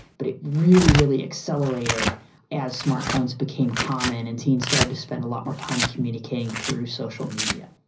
but it really, really accelerated as smart phones became common and teens started to spend a lot more time communicating through social media.